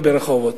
ברחובות.